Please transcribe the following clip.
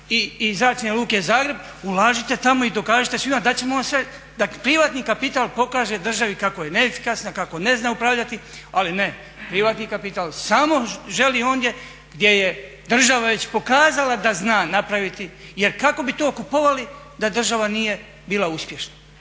i Zračne luke Zagreb, ulažite tamo i dokažite svima, dat ćemo vam sve, da privatni kapital pokaže državi kako je neefikasna, kako ne zna upravljati, ali ne privatni kapital samo želi ondje gdje je država već pokazala da zna napraviti jer kako bi to kupovali da država nije bila uspješna.